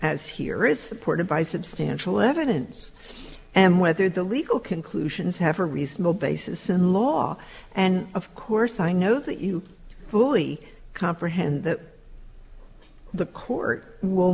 as here is supported by substantial evidence and whether the legal conclusions have a reasonable basis in law and of course i know that you fully comprehend that the court will